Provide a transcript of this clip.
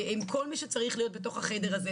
עם כל מי שצריך להיות בחדר הזה,